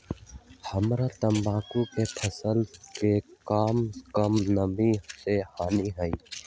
हमरा तंबाकू के फसल के का कम नमी से हानि होई?